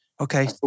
Okay